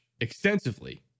extensively